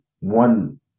one